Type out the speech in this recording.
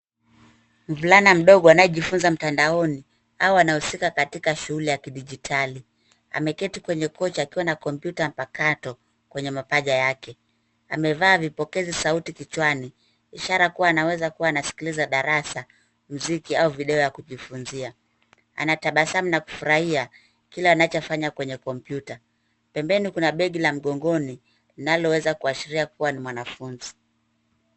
Mvulana mdogo anayejifunza mtandaoni au anahusika katika shuguli la kidijitali, ameketi kwenye kochi akiwa na kompyuta mpakato kwenye mapaja yake. Amevaa vipokesauti kichwani ishara kuwa anaweza kuwa anasikiliza darasa, mziki au video ya kujifunzia, anatabasamu na kufurahia kile anachofanya kwenye kopyuta, pembeni kuna begi la mgogoni linaloweza kuashiria kuwa ni la mwanafunzi.